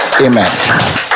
Amen